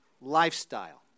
lifestyle